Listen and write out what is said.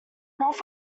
ralph